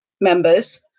members